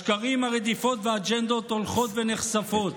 השקרים, הרדיפות והאג'נדות הולכים ונחשפים.